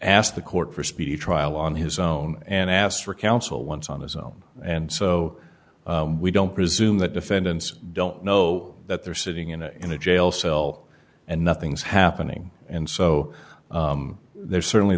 asked the court for speedy trial on his own and asked for counsel once on his own and so we don't presume that defendants don't know that they're sitting in a in a jail cell and nothing's happening and so there's certainly